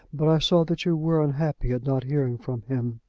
but i saw that you were unhappy at not hearing from him.